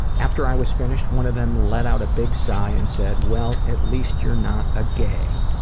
after i was finished, one of them let out a big sigh and said well, at least you're not a gay.